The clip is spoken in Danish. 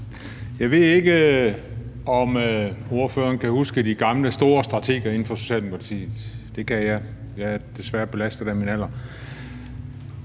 Jeg ved ikke, om ministeren kan huske de gamle store strateger inden for Socialdemokratiet, det kan jeg. Jeg er desværre belastet af min alder.